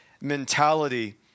mentality